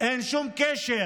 אין שום קשר